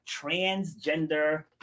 transgender